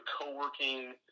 co-working